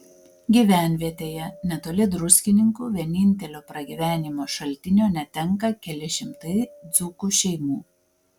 gyvenvietėje netoli druskininkų vienintelio pragyvenimo šaltinio netenka keli šimtai dzūkų šeimų